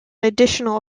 additional